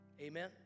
Amen